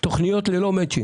תוכניות ללא מצ'ינג.